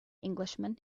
englishman